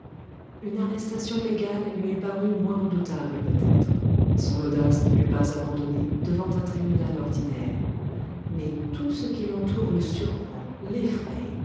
une arrestation légale lui eût paru moins redoutable peut-être son audace ne l'eût pas abandonné devant un tribunal ordinaire mais tout ce qui l'entoure le surprend